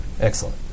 Excellent